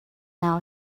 now